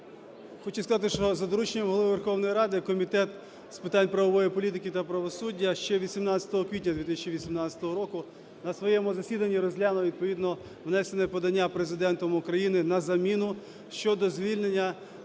Хочу сказати, що за дорученням Голови Верховної Ради Комітет з питань правової політики та правосуддя ще 18 квітня 2018 року на своєму засіданні розглянув відповідно внесене подання Президентом України на заміну щодо звільнення